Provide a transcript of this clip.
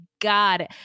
God